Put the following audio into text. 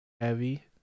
heavy